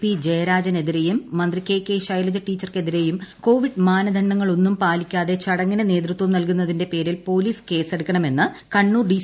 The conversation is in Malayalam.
പി ജയരാജനെതിരെയും മന്ത്രി കെ കെ ശൈലജ ടീച്ചർക്കെതിരെയും കോവിഡ് മാനദണ്ഡങ്ങളൊന്നും പാലിക്കാതെ ചടങ്ങിന് നേതൃത്വം നല്കുന്നതിന്റെ പേരിൽ പോലീസ് കേസെടുക്കണമെന്ന് കണ്ണൂർ ഡി